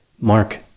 Mark